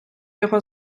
його